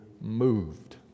moved